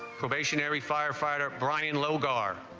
station every firefighter brian lowgar